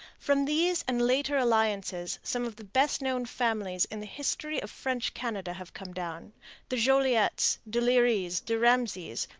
from these and later alliances some of the best-known families in the history of french canada have come down the jolliets, de lerys, de ramesays,